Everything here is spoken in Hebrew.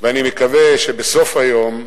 ואני מקווה שבסוף היום,